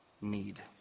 need